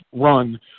run